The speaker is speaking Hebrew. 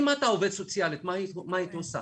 אם את עובדת סוציאלית, מה היית עושה?